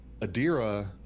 Adira